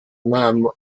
mum